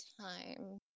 Time